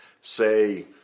say